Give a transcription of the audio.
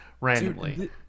randomly